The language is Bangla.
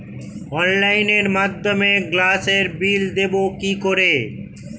অনলাইনের মাধ্যমে গ্যাসের বিল দেবো কি করে?